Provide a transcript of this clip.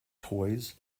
toys